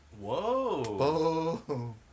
Whoa